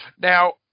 Now